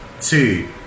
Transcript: two